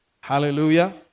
Hallelujah